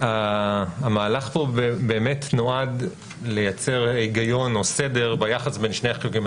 המהלך פה באמת נועד לייצר היגיון או סדר ביחס בין שני החלקים,